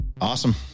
Awesome